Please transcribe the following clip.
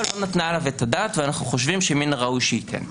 לא נתנה עליו את הדעת ואנחנו חושבים שמן הראוי שהיא תיתן.